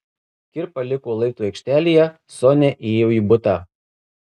kirpa liko laiptų aikštelėje sonia įėjo į butą